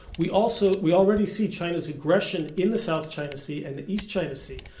we also we already see china's aggression in the south china sea and the east china sea,